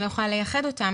אני לא יכולה לייחד אותם.